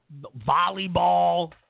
volleyball